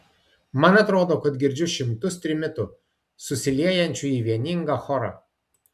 man atrodo kad girdžiu šimtus trimitų susiliejančių į vieningą chorą